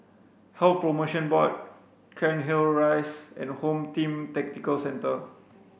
Health Promotion Board Cairnhill Rise and Home Team Tactical Centre